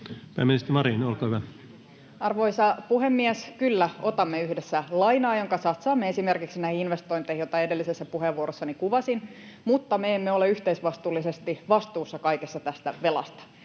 Pääministeri Marin, olkaa hyvä. Arvoisa puhemies! Kyllä, otamme yhdessä lainaa, jonka satsaamme esimerkiksi näihin investointeihin, joita edellisessä puheenvuorossani kuvasin, mutta me emme ole yhteisvastuullisesti vastuussa kaikesta tästä velasta.